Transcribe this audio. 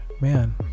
man